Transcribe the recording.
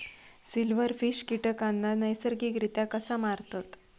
Silverfish कीटकांना नैसर्गिकरित्या कसा मारतत?